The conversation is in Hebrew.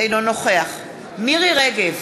אינו נוכח מירי רגב,